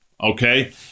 okay